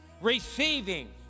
receiving